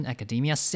Academia